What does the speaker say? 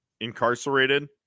incarcerated